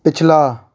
ਪਿਛਲਾ